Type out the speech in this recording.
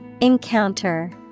Encounter